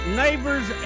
neighbors